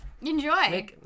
Enjoy